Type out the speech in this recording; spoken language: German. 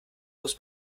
muss